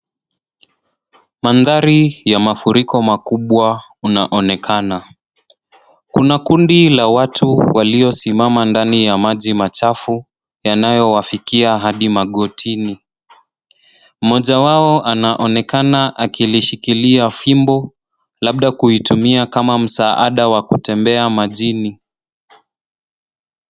Mandhari ya mafuriko makubwa yanaonekana. Kuna kundi la watu waliosimama ndani ya maji machafu yanayowafikia hadi magotini. Mmoja wao anaonekana akilishikilia fimbo labda kuitumia kama msaada wa kutembea majini.